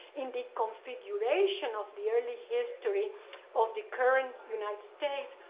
in the configuration of the early history of the current united states,